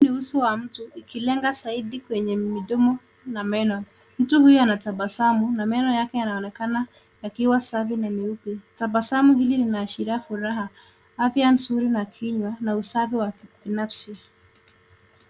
Huu ni uso wa mtu, ukilenga zaidi kwenye midomo na meno. Mtu huyu anatabasamu na meno yake yanaonekana yakiwa safi na meupe. Tabasamu hili linaashiria furaha, afya nzuri ya kinywa, na usafi wa binafsi.